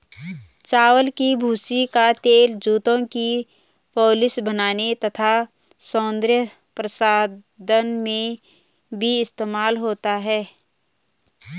चावल की भूसी का तेल जूतों की पॉलिश बनाने तथा सौंदर्य प्रसाधन में भी इस्तेमाल होता है